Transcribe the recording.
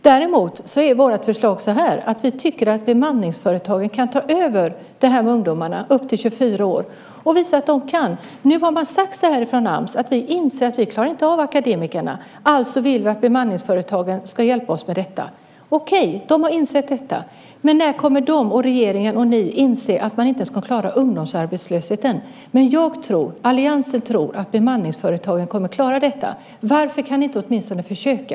Vårt förslag däremot går ut på att vi tycker att bemanningsföretagen kan ta över detta med ungdomar upp till 24 år och visa att de kan. Nu har man sagt från Ams: Vi inser att vi inte klarar av akademikerna. Alltså vill vi att bemanningsföretagen ska hjälpa oss med detta. Okej, de har insett detta. Men när kommer de, regeringen och ni att inse att ni inte klarar ungdomsarbetslösheten? Jag och vi i alliansen tror att bemanningsföretagen kommer att klara detta. Varför kan ni inte åtminstone försöka?